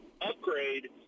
upgrade